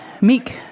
Meek